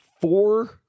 Four